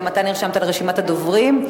גם אתה נרשמת לרשימת הדוברים.